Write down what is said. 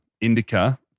Indica